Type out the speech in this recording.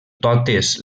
totes